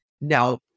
Now